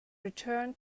returned